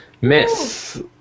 Miss